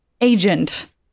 agent